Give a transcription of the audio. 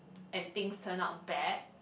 and things turn out bad